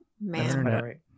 man